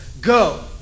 go